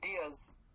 ideas